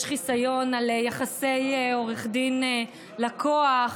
יש חיסיון על יחסי עורך דין לקוח,